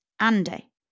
Andy